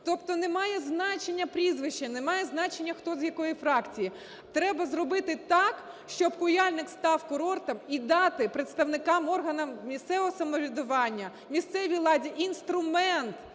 тобто не має значення прізвище, не має значення, хто з якої фракції, треба зробити так, щоб Куяльник став курортом, і дати представникам органів місцевого самоврядування, місцевій владі інструмент